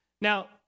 Now